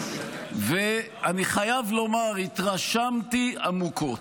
ואני חייב לומר, התרשמתי עמוקות: